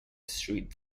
street